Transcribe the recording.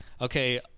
Okay